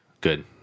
good